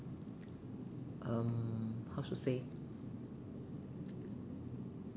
um how to say